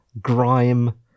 grime